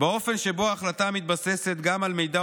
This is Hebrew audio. באופן שבו ההחלטה מתבססת גם על מידע